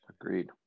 agreed